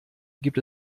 gibt